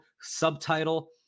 subtitle